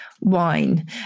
wine